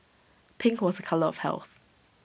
pink was A colour of health